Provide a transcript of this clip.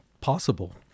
possible